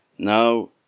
Now